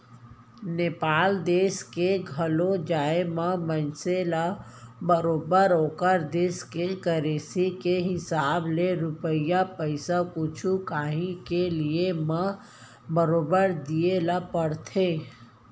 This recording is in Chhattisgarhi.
नेपाल देस के घलौ जाए म मनसे ल बरोबर ओकर देस के करेंसी के हिसाब ले रूपिया पइसा कुछु कॉंही के लिये म बरोबर दिये ल परथे